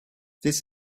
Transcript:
this